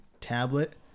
tablet